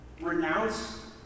renounce